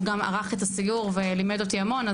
הוא גם ערך את הסיור ולימד אותי המון,